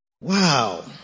Wow